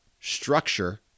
structure